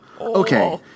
okay